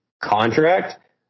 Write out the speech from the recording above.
contract